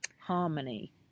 harmony